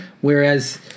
Whereas